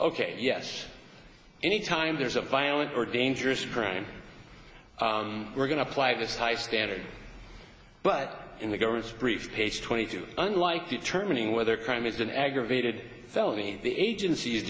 ok yes anytime there's a violent or dangerous crime we're going to apply this high standard but in the government's brief page twenty two unlike determining whether crime is an aggravated felony the agency